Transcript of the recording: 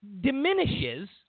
diminishes